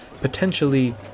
potentially